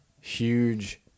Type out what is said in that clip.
huge